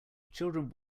children